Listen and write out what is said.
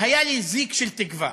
היה לי זיק של תקווה.